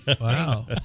Wow